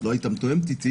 שלא הייתה מתואמת איתי